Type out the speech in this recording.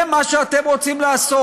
זה מה שאתם רוצים לעשות.